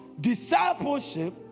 discipleship